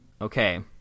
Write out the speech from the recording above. Okay